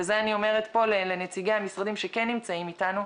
ואת זה אני אומרת פה לנציגי המשרדים שכן נמצאים איתנו,